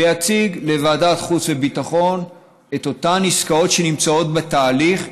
ויציג לוועדת חוץ וביטחון את אותן עסקאות שנמצאות בתהליך,